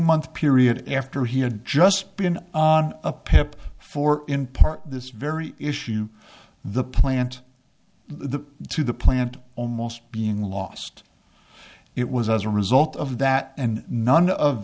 month period after he had just been on a pip for in part this very issue the plant the to the plant almost being lost it was as a result of that and none of